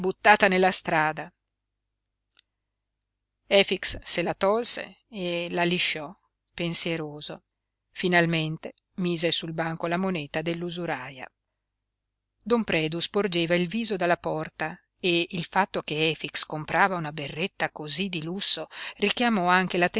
buttata nella strada efix se la tolse e la lisciò pensieroso finalmente mise sul banco la moneta dell'usuraia don predu sporgeva il viso dalla porta e il fatto che efix comprava una berretta cosí di lusso richiamò anche